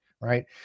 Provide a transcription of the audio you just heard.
right